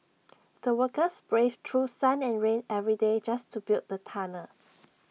the workers braved through sun and rain every day just to build the tunnel